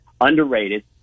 Underrated